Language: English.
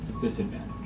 disadvantage